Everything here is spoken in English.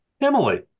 Emily